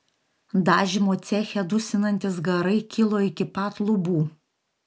dažymo ceche dusinantys garai kilo iki pat lubų